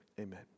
amen